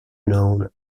known